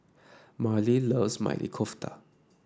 Marlee loves Maili Kofta